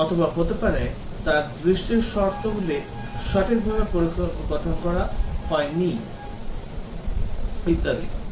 অথবা হতে পারে তার দৃষ্টির শর্তগুলি সঠিকভাবে গঠন করা হয়নি ইত্যাদি